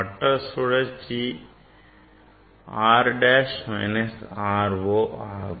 மற்ற சுழற்சிக்கு R dash minus R 0 dash ஆகும்